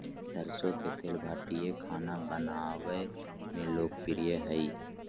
सरसो के तेल भारतीय खाना बनावय मे लोकप्रिय हइ